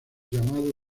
llamado